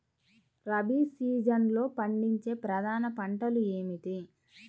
రబీ సీజన్లో పండించే ప్రధాన పంటలు ఏమిటీ?